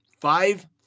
five